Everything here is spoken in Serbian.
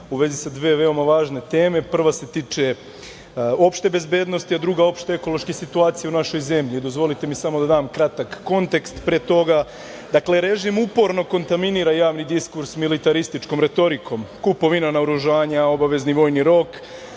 u vezi sa dve veoma važne teme. Prva se tiče opšte bezbednosti, a druga opšte ekološke situacije u našoj zemlji. Dozvolite mi samo da dam kratak kontekst pre toga. Dakle, režim uporno kontaminira javni diskurs militarističkom retorikom, kupovina naoružanja, obavezni vojni rok,